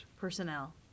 Personnel